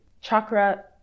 chakra